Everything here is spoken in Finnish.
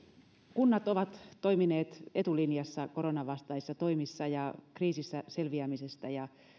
kunnat ovat toimineet etulinjassa koronanvastaisissa toimissa ja kriisistä selviämisessä ja